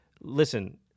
Listen